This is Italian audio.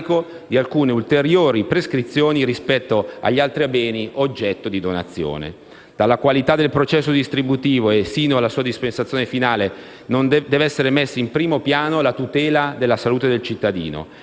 di alcune prescrizioni ulteriori rispetto agli altri beni oggetto di donazione. Dalla qualità del processo distributivo e sino alla dispensazione finale deve essere messa in primo piano la tutela della salute del cittadino.